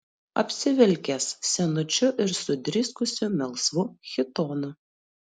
apsivilkęs senučiu ir sudriskusiu melsvu chitonu